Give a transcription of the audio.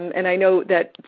and i know that